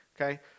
Okay